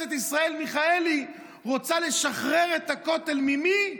בכנסת ישראלי, מיכאלי, רוצה לשחרר את הכותל, ממי?